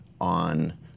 on